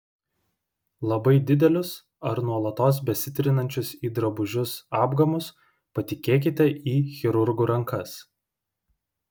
labai didelius ar nuolatos besitrinančius į drabužius apgamus patikėkite į chirurgų rankas